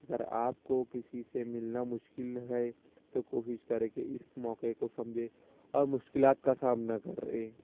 اگر آپ کو کسی سے ملنا مشکل ہے تو کوشش کریں کہ اس موقعے کو سمجھیں اور مشکلات کا سامنا کریں